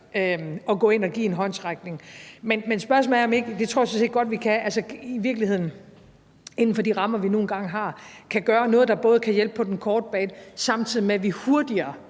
at gå ind og give en håndsrækning. Men spørgsmålet er, om vi i virkeligheden ikke – og det tror jeg sådan set godt vi kan – inden for de rammer, vi nu engang har, kan gøre noget, der kan hjælpe på den korte bane, samtidig med at vi hurtigere